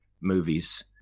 movies